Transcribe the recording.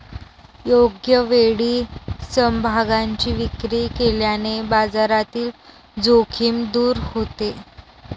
योग्य वेळी समभागांची विक्री केल्याने बाजारातील जोखीम दूर होते